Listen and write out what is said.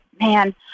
man